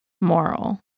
moral